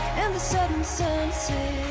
and the sudden sunset